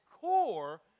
core